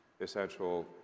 essential